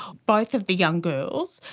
both of the young girls,